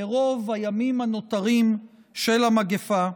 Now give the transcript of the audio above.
ברוב הימים הנותרים של המגפה,